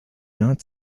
not